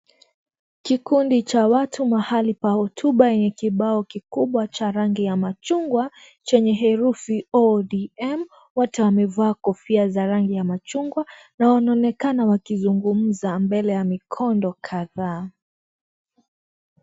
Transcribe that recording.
Kikundi cha watu ,mahali pa hotuba yenye kibao kiikubwa cha rangi ya machungwa, chenye herufi ODM. Wote wamevaa kofia za rangi ya machungwa na wanaonekana wakizungumza mbele ya mikondo kadhaa.